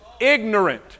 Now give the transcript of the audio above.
Ignorant